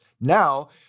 Now